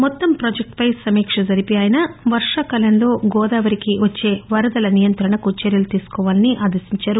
మొత్తం ప్రాజెక్టుపై సమీక్ష జరిపి ఆయన వర్షాకాలంలో గోదావరికి వరదల నియంత్రణకు చర్యలు తీసుకోవాలని ఆదేశించారు